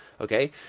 okay